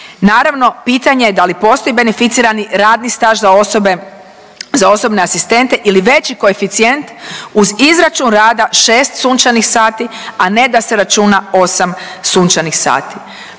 Naravno pitanje da li postoji beneficirani radni staž za osobe, za osobne asistente ili veći koeficijent uz izračun rada 6 sunčanih sati, a ne da se računa 8 sunčanih sati.